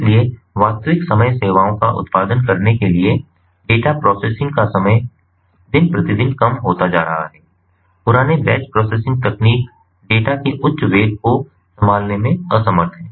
इसलिए वास्तविक समय सेवाओं का उत्पादन करने के लिए डेटा प्रोसेसिंग का समय दिन प्रतिदिन कम होता जा रहा है पुराने बैच प्रोसेसिंग तकनीक डेटा के उच्च वेग को संभालने में असमर्थ है